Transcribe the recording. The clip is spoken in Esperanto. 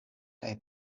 kaj